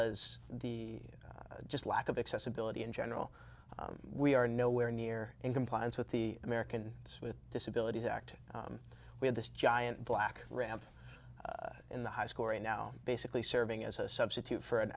as the just lack of accessibility in general we are nowhere near in compliance with the american it's with disabilities act we have this giant black ramp in the high school right now basically serving as a substitute for an